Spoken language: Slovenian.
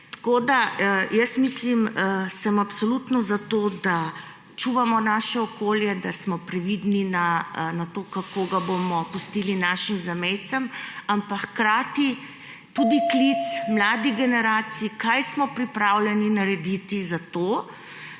za to. Tako sem absolutno za to, da čuvamo naše okolje, da smo previdni glede tega, kako ga bomo pustili našim zanamcem, ampak hkrati tudi klic mladim generacijam, kaj smo pripravljeni narediti za to,